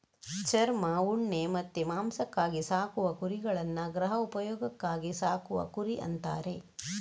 ಚರ್ಮ, ಉಣ್ಣೆ ಮತ್ತೆ ಮಾಂಸಕ್ಕಾಗಿ ಸಾಕುವ ಕುರಿಗಳನ್ನ ಗೃಹ ಉಪಯೋಗಕ್ಕಾಗಿ ಸಾಕುವ ಕುರಿ ಅಂತಾರೆ